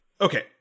okay